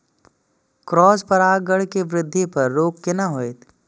Cross परागण के वृद्धि पर रोक केना होयत?